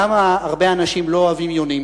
למה הרבה אנשים לא אוהבים יונים?